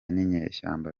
n’inyeshyamba